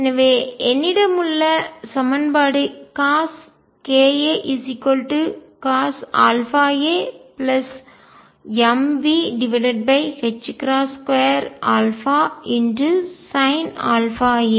எனவே என்னிடம் உள்ள சமன்பாடு CoskaCosαamV22α Sinαa